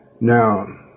Now